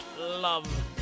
love